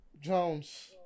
Jones